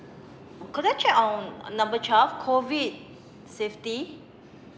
could I check on number twelve COVID safety